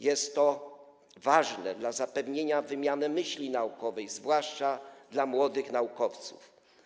Jest to ważne dla zapewnienia wymiany myśli naukowej, zwłaszcza dla młodych naukowców.